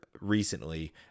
recently